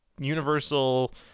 universal